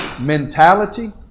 mentality